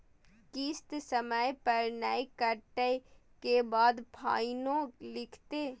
किस्त समय पर नय कटै के बाद फाइनो लिखते?